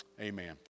Amen